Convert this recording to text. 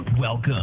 Welcome